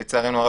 לצערנו הרב,